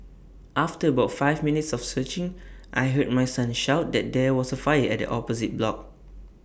after about five minutes of searching I heard my son shout that there was A fire at the opposite block